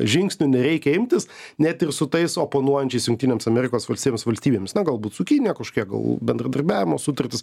žingsnių nereikia imtis net ir su tais oponuojančiais jungtinėms amerikos valstijoms valstybėmis na galbūt su kinija kažkokie gal bendradarbiavimo sutartys